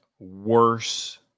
worse